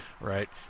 right